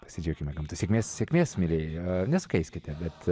pasidžiaukime gamta sėkmės sėkmės mielieji nesukaiskite bet